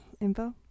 info